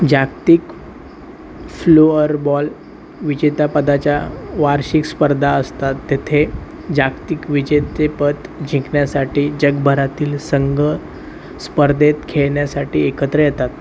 जागतिक फ्लोअरबॉल विजेतेपदांच्या वार्षिक स्पर्धा असतात तेथे जागतिक विजेतेपद जिंकण्यासाठी जगभरातील संघ स्पर्धेत खेळण्यासाठी एकत्र येतात